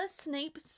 Snape